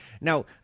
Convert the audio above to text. Now